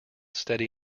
steady